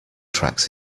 tracks